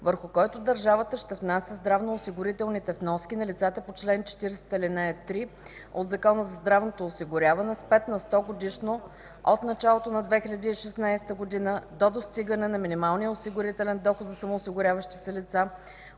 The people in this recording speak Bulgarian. върху който държавата ще внася здравноосигурителните вноски на лицата по чл. 40, ал. 3 от Закона за здравното осигуряване с пет на сто годишно от началото на 2016 г. до достигане на минималния осигурителен доход за самоосигуряващи се лица,